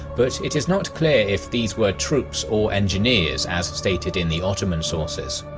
but it is not clear if these were troops or engineers as stated in the ottoman sources.